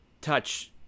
touch